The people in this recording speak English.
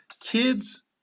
kids